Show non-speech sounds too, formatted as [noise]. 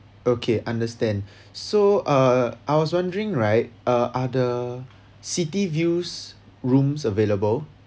okay understand [breath] so uh I was wondering right uh are the city views rooms available